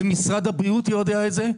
ומשרד הבריאות יודע את זה,